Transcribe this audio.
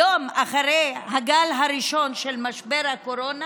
היום, אחרי הגל הראשון של משבר הקורונה,